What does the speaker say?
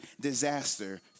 disaster